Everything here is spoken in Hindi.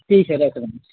ठीक है रख रहे हैं